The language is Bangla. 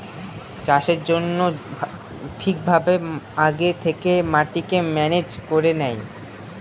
চাষের জন্য ঠিক ভাবে আগে থেকে মাটিকে ম্যানেজ করে নেয়